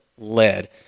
led